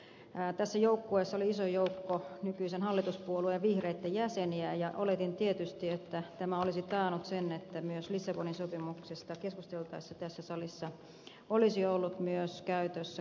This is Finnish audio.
tässä joukkueessa oli iso joukko nykyisen hallituspuolueen vihreitten jäseniä ja oletin tietysti että tämä olisi taannut sen että myös lissabonin sopimuksesta keskusteltaessa tässä salissa olisi ollut esillä kansanäänestysesitys